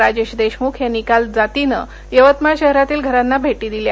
राजेश देशमुख यांनी काल जातीनं यवतमाळ शहरातील घरांना भेटी दिल्या